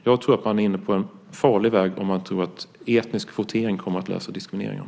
Jag tror att man är inne på en farlig väg om man tror att etnisk kvotering kommer att lösa diskrimineringen.